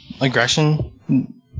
aggression